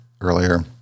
earlier